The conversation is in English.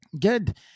good